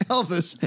Elvis